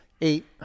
eight